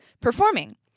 performing